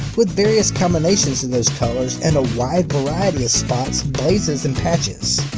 with various combinations of those colors and a wide variety of spots, blazes, and patches.